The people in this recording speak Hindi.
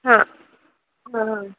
हाँ हाँ हाँ